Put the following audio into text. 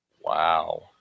Wow